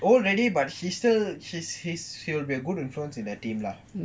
old already but he still he's he will be a good influence in the team lah